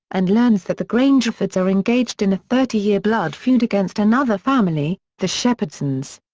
and learns that the grangerfords are engaged in a thirty year blood feud against another family, the shepherdsons.